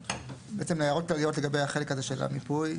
בעצם הערות כלליות לגבי החלק הזה של המיפוי.